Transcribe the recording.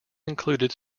included